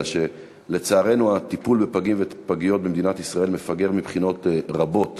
אלא שלצערנו הטיפול בפגים ובפגות במדינת ישראל מפגר מבחינות רבות